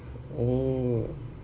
oh